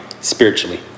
spiritually